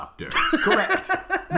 Correct